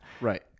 Right